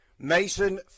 Mason